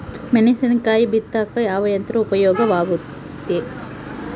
ಮೆಣಸಿನಕಾಯಿ ಬಿತ್ತಾಕ ಯಾವ ಯಂತ್ರ ಉಪಯೋಗವಾಗುತ್ತೆ?